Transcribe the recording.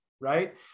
right